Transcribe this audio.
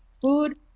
food